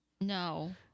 No